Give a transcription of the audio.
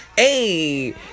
Hey